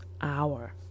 hour